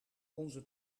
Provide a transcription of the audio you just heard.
onze